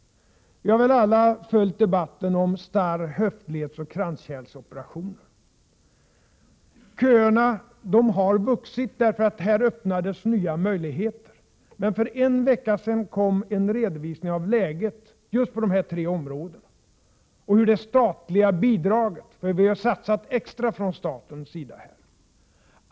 Vi har väl alla följt debatten om starr-, höftledsoch kranskärlsoperationer. Köerna till sådana operationer har vuxit därför att det på dessa områden öppnats nya möjligheter. För en vecka sedan kom en redovisning av läget på dessa tre områden och av hur det statliga bidraget utfallit — vi har från statens sida satsat extra på de här områdena.